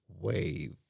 wave